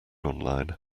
online